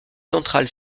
central